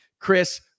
chris